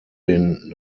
den